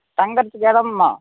தங்குகிறதுக்கு இடமுமா